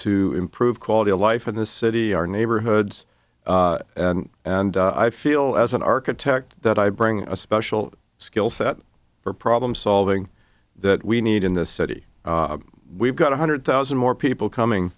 to improve quality of life in the city our neighborhoods and i feel as an architect that i bring a special skill set or problem solving that we need in this city we've got one hundred thousand more people coming